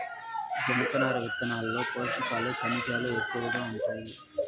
జనపనార విత్తనాల్లో పోషకాలు, ఖనిజాలు ఎక్కువగా ఉంటాయి